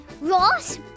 Ross